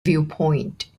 viewpoint